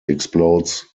explodes